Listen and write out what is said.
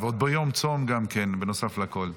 -- ועוד ביום צום בנוסף לכול.